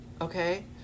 okay